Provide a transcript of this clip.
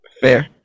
Fair